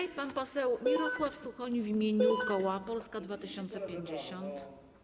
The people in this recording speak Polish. I pan poseł Mirosław Suchoń w imieniu koła Polska 2050.